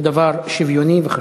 הוא דבר שוויוני וחשוב.